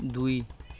ଦୁଇ